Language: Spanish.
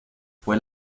fue